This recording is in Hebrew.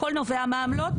זה הכול נובע מהעמלות.